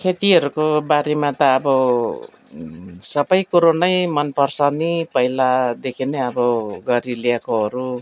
खेतीहरूको बारेमा त अब सबै कुरो नै मनपर्छ नि पहिलादेखि नै अब गरिल्याएकोहरू